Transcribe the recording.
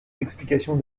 d’explication